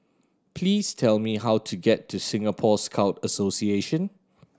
please tell me how to get to Singapore Scout Association